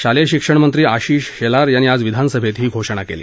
शालेय शिक्षणमंत्री आशिष शेलार यांनी आज विधानसभेत ही घोषणा केली